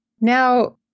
Now